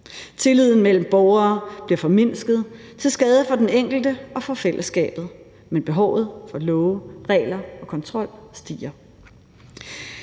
Tilliden mellem borgere bliver formindsket til skade for den enkelte og for fællesskabet, men behovet for love, regler og kontrol stiger.